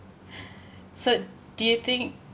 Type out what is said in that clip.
so do you think